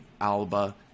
Alba